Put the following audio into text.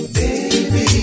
baby